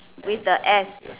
with the s